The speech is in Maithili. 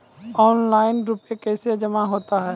ऑनलाइन रुपये कैसे जमा होता हैं?